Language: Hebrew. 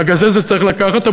מהגזזת צריך לקחת,